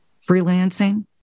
freelancing